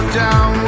down